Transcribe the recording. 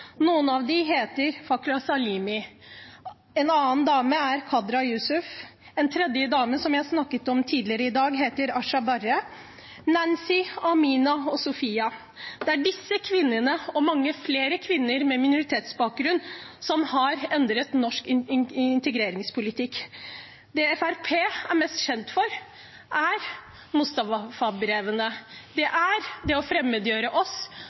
noen kvinner som har endret norsk integreringspolitikk. En av dem heter Fakra Salimi. En annen dame er Kadra Yusuf. En tredje dame, som jeg snakket om tidligere i dag, heter Asha Barre. Nancy, Amina og Sofia – det er disse kvinnene og mange flere kvinner med minoritetsbakgrunn som har endret norsk integreringspolitikk. Det Fremskrittspartiet er mest kjent for, er Mustafa-brevet. Det er å fremmedgjøre oss